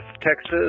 Texas